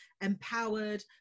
empowered